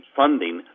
funding